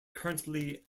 currently